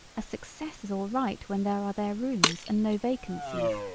a success is alright when there are there rooms and no vacancies,